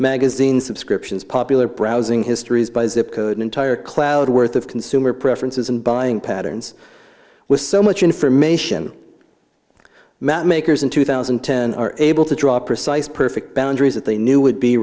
magazine subscriptions popular browsing histories by zip code entire cloud worth of consumer preferences and buying patterns with so much information map makers in two thousand and ten are able to draw precise perfect boundaries that they knew would be